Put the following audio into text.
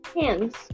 Hands